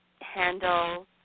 Handle